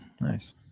Nice